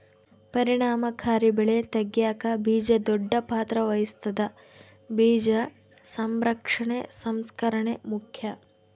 ಪರಿಣಾಮಕಾರಿ ಬೆಳೆ ತೆಗ್ಯಾಕ ಬೀಜ ದೊಡ್ಡ ಪಾತ್ರ ವಹಿಸ್ತದ ಬೀಜ ಸಂರಕ್ಷಣೆ ಸಂಸ್ಕರಣೆ ಮುಖ್ಯ